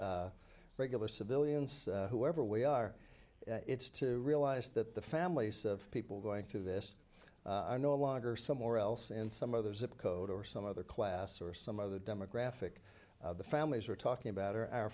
officials regular civilians whoever we are it's to realize that the families of people going through this are no longer somewhere else in some other zip code or some other class or some other demographic the families we're talking about are our